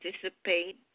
participate